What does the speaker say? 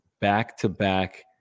back-to-back